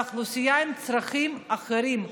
זו אוכלוסייה עם צרכים אחרים.